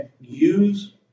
Use